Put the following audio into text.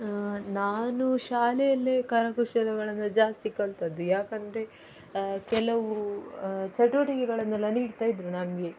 ನಾನು ಶಾಲೆಯಲ್ಲೆ ಕರಕುಶಲಗಳನ್ನ ಜಾಸ್ತಿ ಕಲಿತದ್ದು ಯಾಕೆಂದ್ರೆ ಕೆಲವು ಚಟುವಟಿಕೆಗಳನ್ನೆಲ್ಲ ನೀಡ್ತಾಯಿದ್ದರು ನಮಗೆ